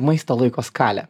maisto laiko skalė